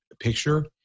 picture